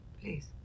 please